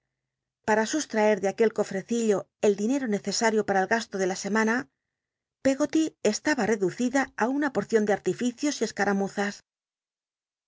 pam sustmcr lc aquel cofecill o el dinero necesario par a el gasto de la semana pcggoty estaba reducida á una pocion de artificios y